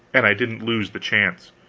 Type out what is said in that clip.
and i didn't lose the chance.